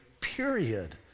period